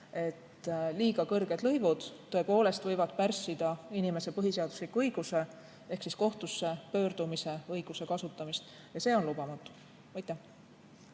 et liiga kõrged lõivud tõepoolest võivad pärssida inimese põhiseadusliku õiguse ehk kohtusse pöördumise õiguse kasutamist ja see on lubamatu. Merry